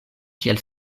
kiel